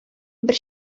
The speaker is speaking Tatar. бер